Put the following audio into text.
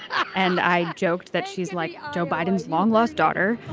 and i joked that she's like joe biden's long lost daughter